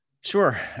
Sure